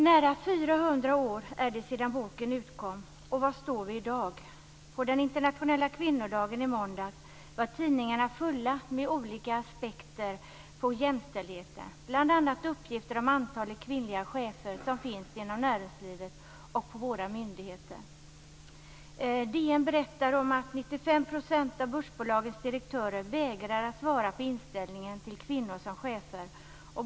Nära 400 år är det sedan boken utkom. Och var står vi i dag? På den internationella kvinnodagen i måndags var tidningarna fulla med olika aspekter på jämställdheten. Bl.a. fanns det uppgifter om antalet kvinnliga chefer som finns inom näringslivet och på våra myndigheter. DN berättar att 95 % av börsbolagens direktörer vägrar att svara på frågan om inställningen till kvinnor som chefer.